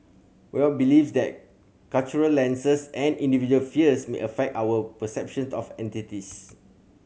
Boyd believes that cultural lenses and individual fears may affect our perception of entities